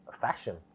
fashion